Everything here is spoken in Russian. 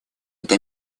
эта